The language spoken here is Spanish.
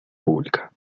pública